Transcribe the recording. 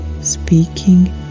speaking